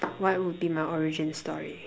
what would be my origin story